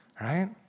right